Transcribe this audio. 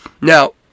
Now